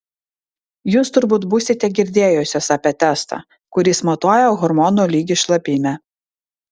jūs turbūt būsite girdėjusios apie testą kuris matuoja hormono lygį šlapime